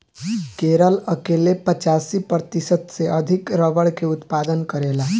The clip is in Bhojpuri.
केरल अकेले पचासी प्रतिशत से अधिक रबड़ के उत्पादन करेला